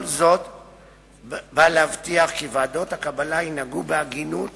כל זאת בא להבטיח כי ועדות הקבלה ינהגו בהגינות